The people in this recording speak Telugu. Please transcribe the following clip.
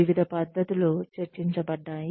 వివిధ పద్ధతులు చర్చించబడ్డాయి